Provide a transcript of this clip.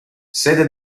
sede